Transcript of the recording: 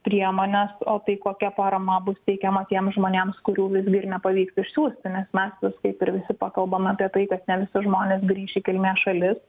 priemones o tai kokia parama bus teikiama tiems žmonėms kurių visgi ir nepavyksta išsiųsti nes mes vis kaip ir visi pakalbame apie tai kad ne visi žmonės grįš į kilmės šalis